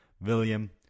William